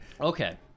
Okay